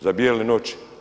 Za Bijele noći?